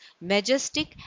majestic